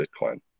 Bitcoin